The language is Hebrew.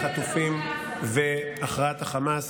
החטופים והכרעת החמאס,